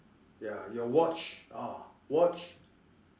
ya your watch ah watch